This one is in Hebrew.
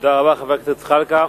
תודה רבה, חבר הכנסת זחאלקה.